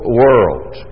world